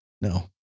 No